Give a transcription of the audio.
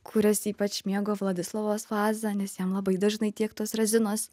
kurias ypač mėgo vladislovas vaza nes jam labai dažnai tiektos razinos